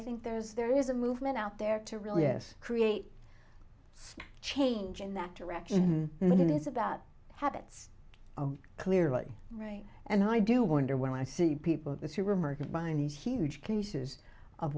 think there's there is a movement out there to really yes create change in that direction but it is about habits clearly right and i do wonder when i see people at the supermarket buying these huge cases of